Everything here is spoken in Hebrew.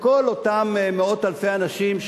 לכל אותם מאות אלפי אנשים,